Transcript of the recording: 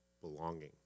belonging